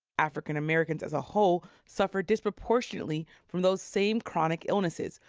african-americans as a whole suffer disproportionately from those same chronic illnesses,